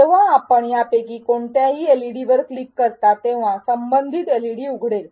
जेव्हा आपण यापैकी कोणत्याही एलईडीवर क्लिक करता तेव्हा संबंधित एलईडी उघडेल